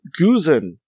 Guzen